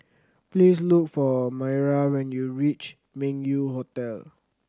please look for Mayra when you reach Meng Yew Hotel